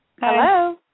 Hello